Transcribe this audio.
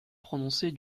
prononcée